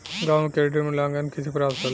गांवों में क्रेडिट मूल्यांकन कैसे प्राप्त होला?